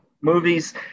movies